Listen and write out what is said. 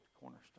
cornerstone